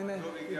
הנה, הוא הגיע.